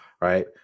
right